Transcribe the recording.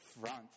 front